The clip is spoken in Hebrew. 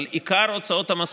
אבל עיקר הוצאות המוסדות,